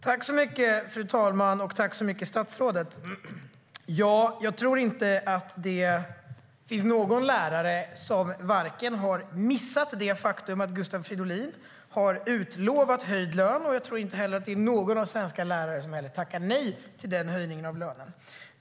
Fru talman! Jag tror inte att det finns någon lärare som har missat det faktum att Gustav Fridolin har utlovat höjd lön. Jag tror inte heller att det finns någon svensk lärare som tackar nej till den höjningen av lönen.